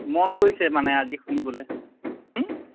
মন গৈছে মানে আজি শুনিবলৈ